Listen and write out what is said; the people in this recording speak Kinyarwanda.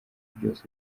byose